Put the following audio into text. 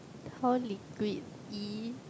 how liquidy